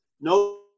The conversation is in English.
no